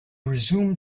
resumed